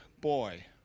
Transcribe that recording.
boy